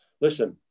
Listen